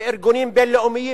מארגונים בין-לאומים,